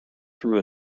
through